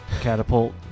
catapult